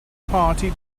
party